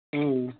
ம்